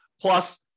Plus